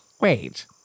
Wait